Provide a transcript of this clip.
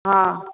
हा